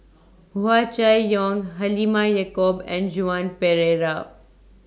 Hua Chai Yong Halimah Yacob and Joan Pereira